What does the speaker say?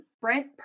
Brent